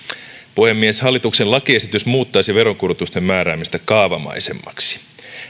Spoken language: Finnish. puhemies hallituksen lakiesitys muuttaisi veronkorotusten määräämistä kaavamaisemmaksi